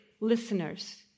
listeners